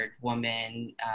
woman